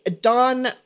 Don